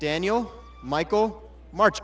daniel michael march